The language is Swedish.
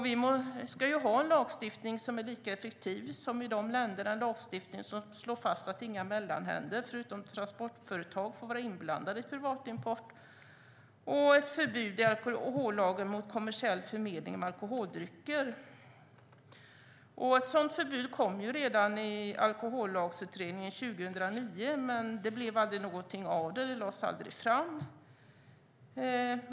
Vi ska ha en lagstiftning som är lika effektiv som i de länderna, en lagstiftning som slår fast att inga mellanhänder förutom transportföretag får vara inblandade i privatimport samt ha ett förbud i alkohollagen mot kommersiell förmedling av alkoholdrycker. Ett sådant förbud föreslogs redan i Alkohollagsutredningen 2009, men det blev ingenting av det. Det lades aldrig fram.